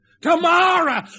Tomorrow